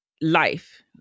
life